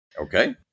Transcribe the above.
Okay